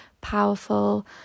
powerful